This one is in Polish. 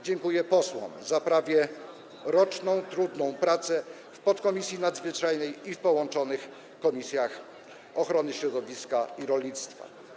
Dziękuję posłom za prawie roczną trudną pracę w podkomisji nadzwyczajnej i w połączonych komisjach ochrony środowiska i rolnictwa.